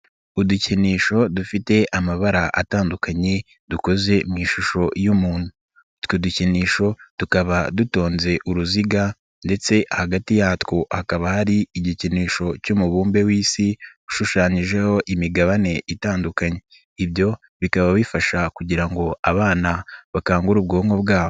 Udukinisho dufite amabara atandukanye dukoze mu ishusho y'umuntu utwo dukinisho tukaba dutonze uruziga ndetse hagati yatwo hakaba hari igikinisho cy'umubumbe w'isi ushushanyijeho imigabane itandukanye, ibyo bikaba bifasha kugira ngo abana bakangure ubwonko bwabo.